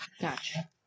Gotcha